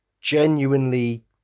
genuinely